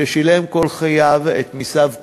ששילם כל חייו את מסיו כדין,